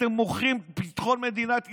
אתם מוכרים את ביטחון מדינת ישראל,